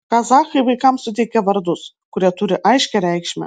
kazachai vaikams suteikia vardus kurie turi aiškią reikšmę